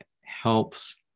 helps